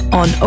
on